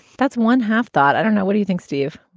that's one half thought. i don't know. what do you think, steve?